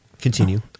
Continue